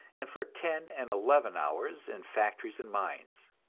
and for ten and eleven hours in factories and mines.